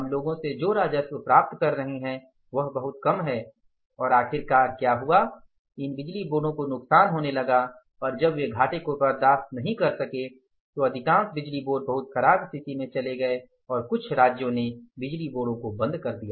हम लोगों से जो राजस्व प्राप्त कर रहे हैं वह बहुत कम है और आखिरकार क्या हुआ इन बिजली बोर्डों को नुकसान होने लगा और जब वे घाटे को बर्दाश्त नहीं कर सके तो अधिकांश बिजली बोर्ड बहुत खराब स्थिति में चले गए और कुछ राज्यों ने बिजली बोर्डों को बंद कर दिया